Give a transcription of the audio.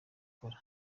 ikora